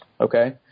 okay